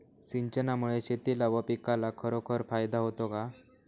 सिंचनामुळे शेतीला व पिकाला खरोखर फायदा होतो का?